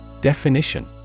Definition